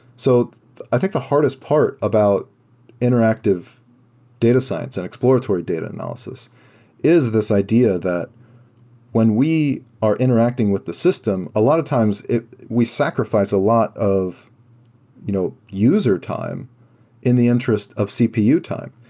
so i think the hardest part about interactive data science and exploratory data analysis is this idea that when we are interacting with the system, a lot of times we sacrifice a lot of you know user time in the interest of cpu time.